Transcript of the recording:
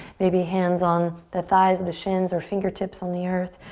maybe hands on the thighs, the shins or fingertips on the earth.